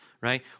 right